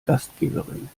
gastgeberin